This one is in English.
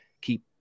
keep